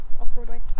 Off-Broadway